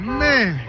man